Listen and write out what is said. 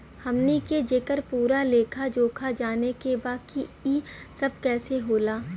हमनी के जेकर पूरा लेखा जोखा जाने के बा की ई सब कैसे होला?